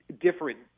different